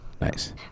nice